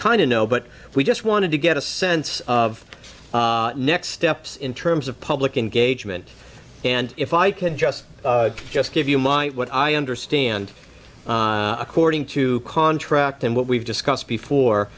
of know but we just wanted to get a sense of the next steps in terms of public engagement and if i can just just give you my what i understand according to contract and what we've discussed before